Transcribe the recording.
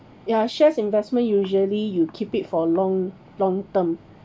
ya shares investment usually you keep it for long long term